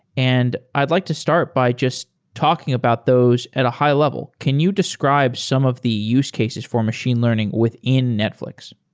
and i'd like to start by just talking about those at a high level. can you describe some of the use cases for machine learning within netflix?